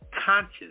conscious